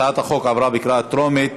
הצעת החוק עברה בקריאה טרומית,